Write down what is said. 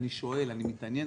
אני שואל ואני מתעניין,